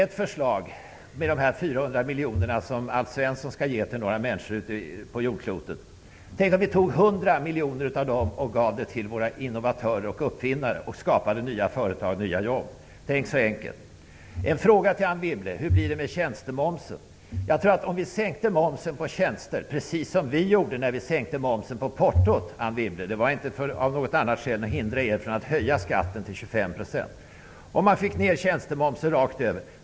Om ni av de 400 miljoner som Alf Svensson skall ge till några människor på jordklotet gav 100 miljoner till våra innovatörer och uppfinnare och skapade nya företag och nya jobb -- tänk, så enkelt det vore! En fråga till Anne Wibble: Hur blir det med tjänstemomsen? Jag tror att om momsen på tjänster sänktes precis som vi gjorde när vi sänkte momsen på portot, Anne Wibble -- det var inte av något annat skäl än för att hindra er från att höja skatten till 25 %-- så skulle det skapas jobb.